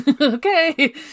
okay